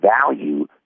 value